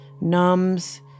numbs